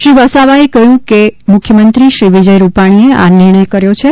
શ્રી વસાવાએ કહ્યું કે મુખ્યમંત્રીશ્રી વિજય રૂપાણીએ આ નિર્ણય કર્યો છે